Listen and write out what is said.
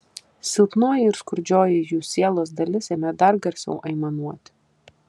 silpnoji ir skurdžioji jų sielos dalis ėmė dar garsiau aimanuoti